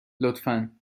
لطفا